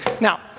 Now